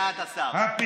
זה מה שהשמיעו לך באוצר.